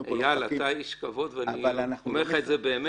אתה איש כבוד, ואני אומר לך את זה באמת.